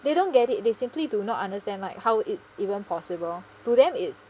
they don't get it they simply do not understand like how it's even possible to them it's